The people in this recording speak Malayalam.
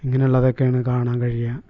അങ്ങനെയുള്ളതൊക്കെയാണ് കാണാൻ കഴിയുക